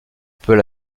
peut